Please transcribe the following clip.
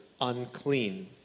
unclean